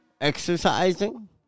exercising